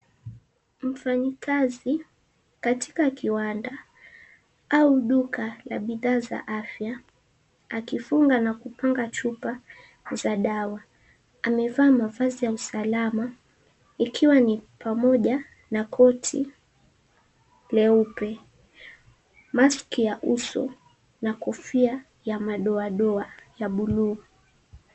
Mfanyikazi katika kiwanda au duka la bidhaa za afya akifunga na kupanga chupa za dawa. Amevaa mavazi ya usalama ikiwa ni pamoja na koti leupe, mask ya uso, na kofia ya madoadoa ya buluu.